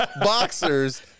boxers